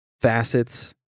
facets